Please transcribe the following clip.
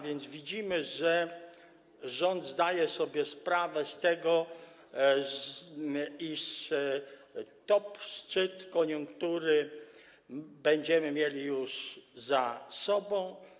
Widzimy więc, że rząd zdaje sobie sprawę z tego, iż top, szczyt koniunktury będziemy mieli już za sobą.